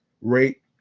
rate